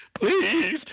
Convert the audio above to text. please